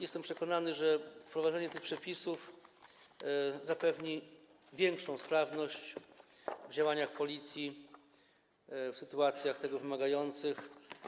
Jestem przekonany, że wprowadzenie tych przepisów zapewni większą sprawność w działaniach Policji w sytuacjach tego wymagających.